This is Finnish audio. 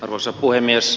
arvoisa puhemies